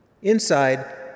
Inside